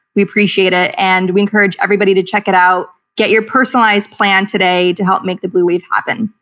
we appreciate it, and we encourage everybody to check it out, get your personalized plan today to help make the blue wave happen.